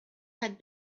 had